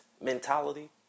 mentality